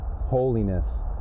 holiness